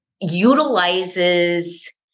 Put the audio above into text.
utilizes